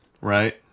right